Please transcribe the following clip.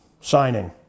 signing